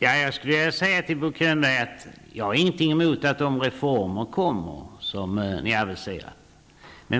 Herr talman! Jag skulle vilja säga till Bo Könberg att jag inte har något emot att de aviserade reformerna genomförs.